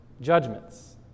judgments